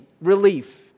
relief